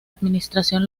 administración